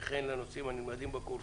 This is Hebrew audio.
וכן לנושאים הנלמדים בקורסים.